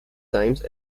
times